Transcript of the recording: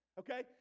okay